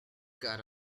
got